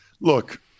look